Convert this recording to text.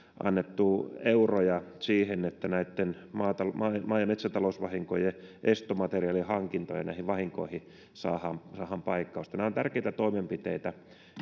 annettu euroja siihen että näitten maa ja metsätalousvahinkojen estomateriaalihankintoihin näihin vahinkoihin saadaan saadaan paikkausta nämä ovat tärkeitä toimenpiteitä